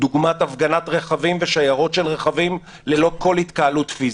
דוגמת הפגנת רכבים ושיירות של רכבים ללא כל התקהלות פיזית.